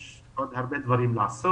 יש עוד הרבה דברים לעשות.